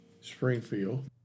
Springfield